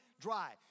dry